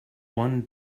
one